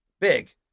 Big